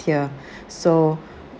tier so